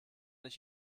ich